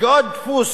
שגיאות דפוס,